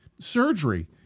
surgery